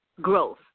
growth